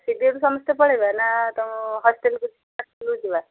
CVM ସମସ୍ତେ ପଳେଇବା ନା ତମ ହଷ୍ଟେଲକୁ ହଷ୍ଟେଲକୁ ଯିବା